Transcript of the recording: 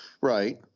Right